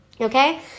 okay